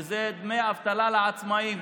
שזה דמי אבטלה לעצמאים.